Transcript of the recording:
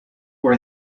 for